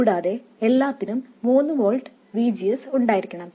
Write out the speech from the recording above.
കൂടാതെ എല്ലാത്തിനും 3 volt V G S ഉണ്ടായിരിക്കണം